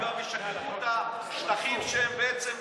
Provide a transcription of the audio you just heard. אני רק שואל אם הם ישחררו את השטחים שהם בעצם,